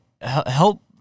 help